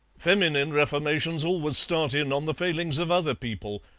feminine reformations always start in on the failings of other people.